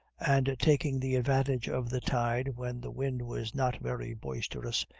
and, taking the advantage of the tide when the wind was not very boisterous,